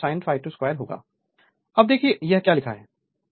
Refer Slide Time 3056 अब देखिए यह क्या लिखा है